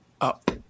up